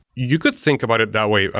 you could think about it that way. ah